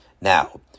Now